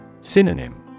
Synonym